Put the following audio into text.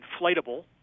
inflatable